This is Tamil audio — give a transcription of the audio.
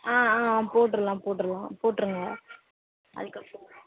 ஆ ஆ போட்டுடலாம் போட்டுடலாம் போட்டிருங்க அதுக்கப்புறம்